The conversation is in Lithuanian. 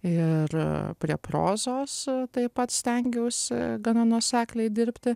ir prie prozos taip pat stengiausi gana nuosekliai dirbti